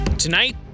Tonight